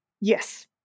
Yes